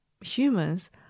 humans